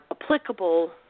applicable